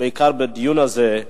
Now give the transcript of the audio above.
בעיקר בדיון הזה.